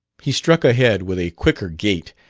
he struck ahead with a quicker gait,